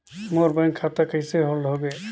मोर bank खाता कइसे hold होगे?